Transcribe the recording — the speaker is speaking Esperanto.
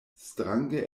strange